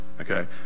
Okay